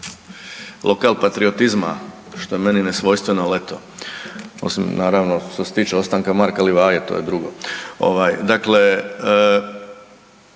lokal patriotizma što je meni nesvojstveno al eto, osim naravno što se tiče ostanka Marka Livaje, to je drugo.